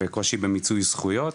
וקושי במיצוי זכויות.